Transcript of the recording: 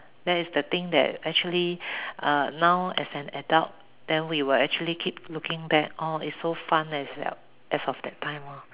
that is the thing that actually uh now as an adult then we will actually keep looking back oh it's so fun as of as of that time lor